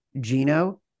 Gino